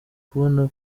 kubona